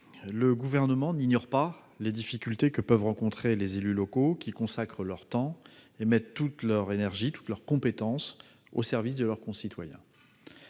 le Gouvernement n'ignore pas les difficultés que peuvent rencontrer les élus locaux, qui consacrent leur temps et mettent toute leur énergie, toutes leurs compétences, au service de leurs concitoyens.